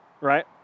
Right